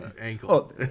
ankle